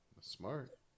Smart